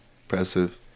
impressive